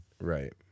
right